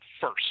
first